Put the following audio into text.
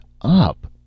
up